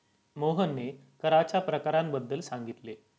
मोहनने कराच्या प्रकारांबद्दल सांगितले